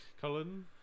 Colin